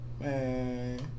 Man